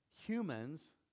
humans